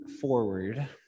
forward